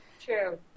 True